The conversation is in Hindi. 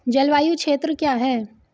जलवायु क्षेत्र क्या है?